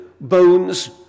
bones